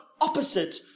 opposite